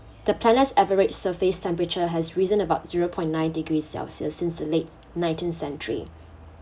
the planet's average surface temperature has risen about zero point nine degrees celsius since the late nineteenth century